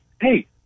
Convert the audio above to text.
hey